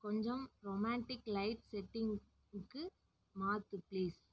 கொஞ்சம் romantic light செட்டிங்குக்கு மாற்று ப்ளீஸ்